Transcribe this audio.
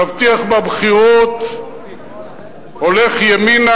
מבטיח בבחירות, הולך ימינה,